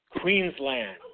Queensland